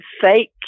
fake